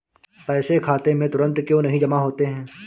पैसे खाते में तुरंत क्यो नहीं जमा होते हैं?